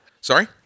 Sorry